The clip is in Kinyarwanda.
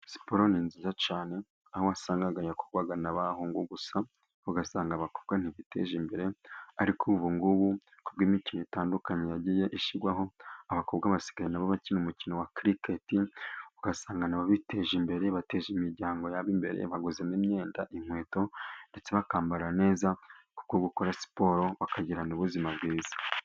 Siporo ni nziza cyane aho wasangaga yarakorwaga n'abahungu gusa, ugasanga abakobwa ntibiteje imbere. Ariko ubu ngubu ku bw'imikino itandukanye yagiye ishyirwaho, abakobwa basigaye nabo bakina umukino wa Kiriketi. Ugasanga ubateje imbere, bateje imiryango yabo imbere, baguzemo imyenda, inkweto ndetse bakambara neza, kuko bari gukora siporo bakagira n'ubuzima bwiza.